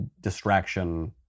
distraction